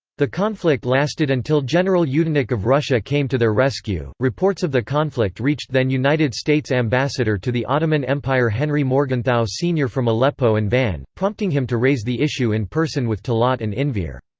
the conflict lasted until general yudenich of russia came to their rescue reports of the conflict reached then united states ambassador to the ottoman empire henry morgenthau, sr. from aleppo and van, prompting him to raise the issue in person with talaat and enver.